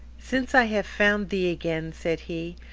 since i have found thee again, said he,